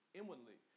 inwardly